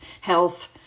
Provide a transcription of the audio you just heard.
health